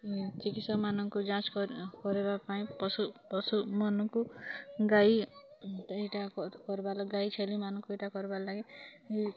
ଚିକିତ୍ସା ମାନଙ୍କୁ ଯାଞ୍ଚ କର କରିବା ପାଇଁ ପଶୁ ପଶୁମାନଙ୍କୁ ଗାଈ ଏଇଟା କର୍ବା ଗାଈ ଛେଲିମାନଙ୍କୁ ଏଇଟା କର୍ବାର୍ ଲାଗି